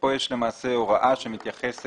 כאן למעשה יש הוראה שמתייחסת